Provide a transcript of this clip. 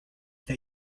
that